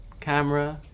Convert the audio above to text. camera